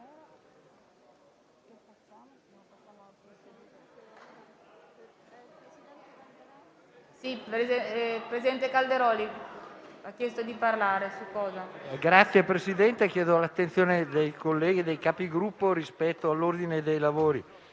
Signor Presidente, chiedo l'attenzione dei colleghi e dei Capigruppo rispetto all'ordine dei lavori.